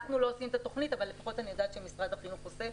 אנחנו לא עושים את התוכנית אבל לפחות אני יודעת שמשרד החינוך עושה,